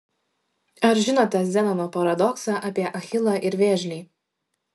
ar žinote zenono paradoksą apie achilą ir vėžlį